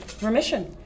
remission